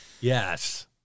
Yes